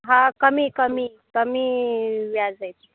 हा कमी कमी कमी व्याज आहे